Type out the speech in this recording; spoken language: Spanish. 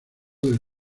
del